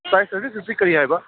rice twenty ꯐꯤꯐꯀꯤ ꯀꯔꯤ ꯍꯥꯏꯕ